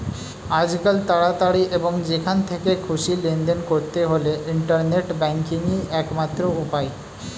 আজকাল তাড়াতাড়ি এবং যেখান থেকে খুশি লেনদেন করতে হলে ইন্টারনেট ব্যাংকিংই একমাত্র উপায়